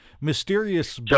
mysterious